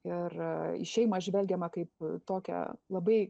ir į šeimą žvelgiama kaip tokią labai